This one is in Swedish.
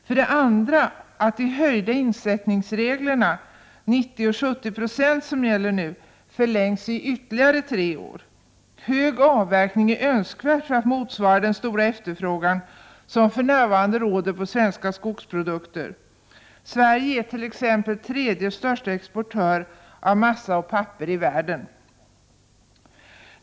För det andra föreslås att de höjda insättningsreglerna, 90 och 70 20, som nu gäller förlängs ytterligare tre år. Hög avverkning är önskvärd för att motsvara den stora efterfrågan som för närvarande råder på svenska skogsprodukter. Sverige är t.ex. världens tredje största exportör av massa och papper.